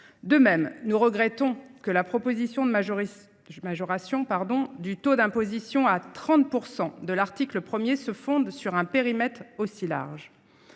De même, nous regrettons que la proposition de majoration du taux d’imposition à 30 % de l’article 1 se fonde sur un périmètre aussi large.